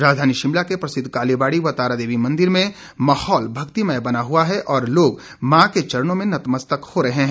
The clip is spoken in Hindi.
राजधानी शिमला के प्रसिद्व कालीबाड़ी व तारादेवी मंदिर में माहौल भक्तिमय बना हुआ है और लोग मां के चरणों में नतमस्तक हो रहे हैं